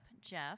Jeff